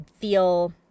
feel